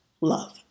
love